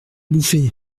bouffer